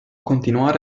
continuare